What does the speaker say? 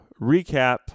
recap